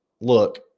Look